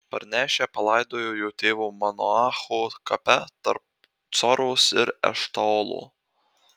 parnešę palaidojo jo tėvo manoacho kape tarp coros ir eštaolo